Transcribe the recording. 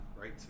right